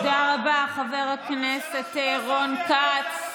תודה רבה, חבר הכנסת רון כץ.